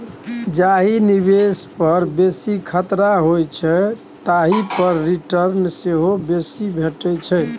जाहि निबेश पर बेसी खतरा होइ छै ओहि पर रिटर्न सेहो बेसी भेटै छै